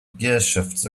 gearshifts